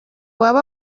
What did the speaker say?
wari